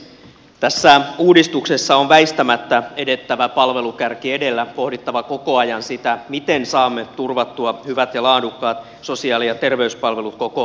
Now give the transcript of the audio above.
tässä uudistuksessa on väistämättä edettävä palvelukärki edellä pohdittava koko ajan sitä miten saamme turvattua hyvät ja laadukkaat sosiaali ja terveyspalvelut koko maahan